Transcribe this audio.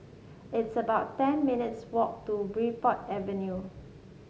it's about ten minutes' walk to Bridport Avenue